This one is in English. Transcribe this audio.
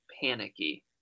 panicky